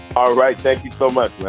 all right thank you so much.